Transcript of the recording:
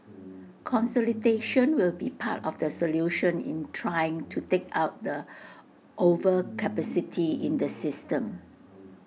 consolidation will be part of the solution in trying to take out the overcapacity in the system